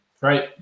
right